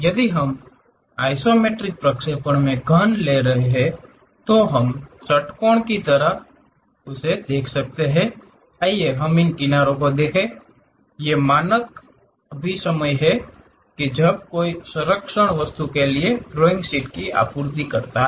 यदि हम आइसोमेट्रिक प्रक्षेपण में घन ले रहे हैं तो हम षट्कोण की की तरह दिखता हैं तो आइए हम इन किनारों को देखें ये मानक अभिसमय हैं जब कोई संरक्षण वस्तु के लिए ड्राइंग शीट की आपूर्ति करता है